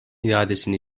iadesini